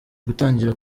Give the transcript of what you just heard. gutangira